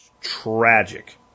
Tragic